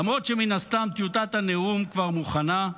למרות שמן הסתם טיוטת הנאום כבר מוכנה,